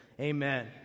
amen